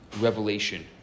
revelation